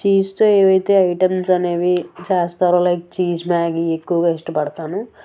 చీజ్తో ఏవైతే ఐటమ్స్ అనేవి చేస్తారో లైక్ చీజ్ మ్యాగీ ఎక్కువ ఇష్టపడతాను